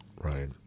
Right